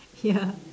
ya